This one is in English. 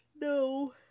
No